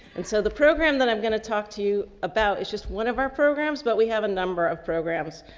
and so the program that i'm going to talk to you about is just one of our programs, but we have a number of programs.